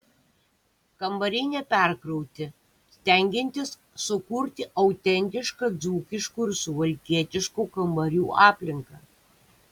kambariai neperkrauti stengiantis sukurti autentišką dzūkiškų ir suvalkietiškų kambarių aplinką